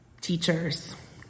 teachers